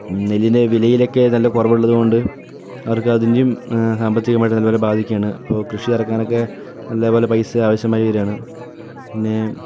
നെല്ലിൻ്റെ വിലയിലൊക്കെ നല്ല കുറവുള്ളതുകൊണ്ട് അവർക്കതിൻ്റേയും സാമ്പത്തികമായിട്ട് നല്ലതുപോലെ ബാധിക്കുകയാണ് അപ്പോൾ കൃഷി ഇറക്കാനെക്കെ നല്ലതുപോലെ പൈസ ആവശ്യമായി വരികയാണ് പിന്നേ